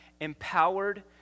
empowered